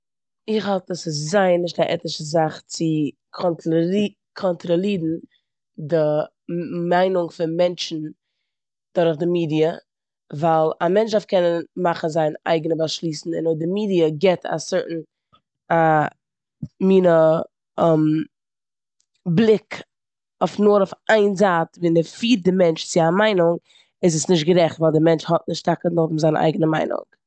איך האלט אז ס'איז זייער נישט א עטישע זאך צו קאמטראלירן די מ- מ- מיינונג פון מענטשן דורך די מידיע ווייל א מענטש דארף קענען מאכן זיינע אייגענע באשלוסן און אויב די מידיע גיבט א סורטעין- א מינע בליק אויף נאר אויף איין זייט און ער פירט די מענטש צו א מיינונג איז עס נישט גערעכט ווייל די מענטש האט נישט טאקע נאכדעם זיין אייגענע מיינונג.